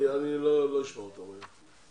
אני לא אשמע אותם היום.